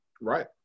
Right